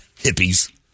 Hippies